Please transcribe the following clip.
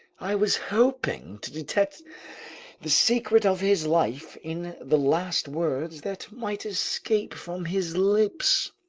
i was hoping to detect the secret of his life in the last words that might escape from his lips!